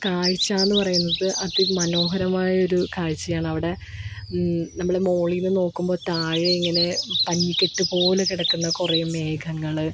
കാഴ്ചയെന്ന് പറയുന്നത് അതിമനോഹരമായൊരു കാഴ്ചയാണ് അവിടെ നമ്മള് മോളീന്ന് നോക്കുമ്പോള് താഴെ ഇങ്ങനെ പഞ്ഞിക്കെട്ട് പോലെ കിടക്കുന്ന കുറേ മേഘങ്ങള്